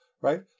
right